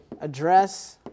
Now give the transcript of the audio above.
address